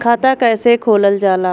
खाता कैसे खोलल जाला?